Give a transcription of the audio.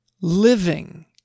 living